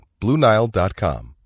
BlueNile.com